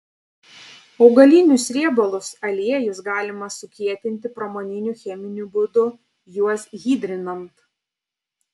augalinius riebalus aliejus galima sukietinti pramoniniu cheminiu būdu juos hidrinant